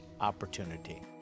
opportunity